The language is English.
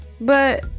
But-